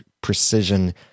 precision